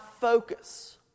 focus